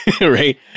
Right